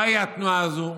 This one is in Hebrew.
מהי התנועה הזאת?